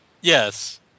Yes